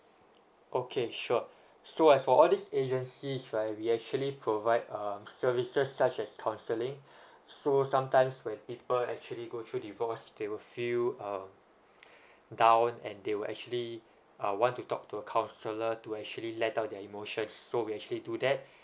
okay sure so as for all these agencies right we actually provide um services such as counselling so sometimes when people actually go through divorce they will feel uh down and they will actually uh want to talk to a counsellor to actually let out their emotions so we actually do that